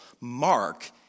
Mark